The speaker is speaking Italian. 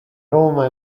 roma